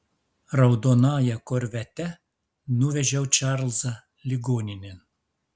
raudonąja korvete nuvežiau čarlzą ligoninėn